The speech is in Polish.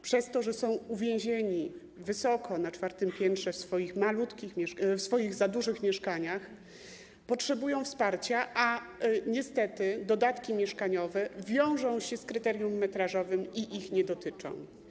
Przez to, że są uwięzieni wysoko, na czwartym piętrze, w swoich za dużych mieszkaniach, potrzebują wsparcia, a niestety dodatki mieszkaniowe wiążą się z kryterium metrażowym i ich nie dotyczą.